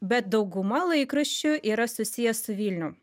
bet dauguma laikraščių yra susiję su vilnium